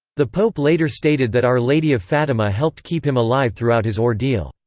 the pope later stated that our lady of fatima helped keep him alive throughout his ordeal.